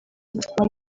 vuba